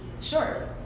Sure